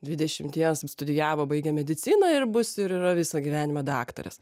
dvidešimties studijavo baigė mediciną ir bus ir yra visą gyvenimą daktarės